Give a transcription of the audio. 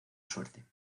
suerte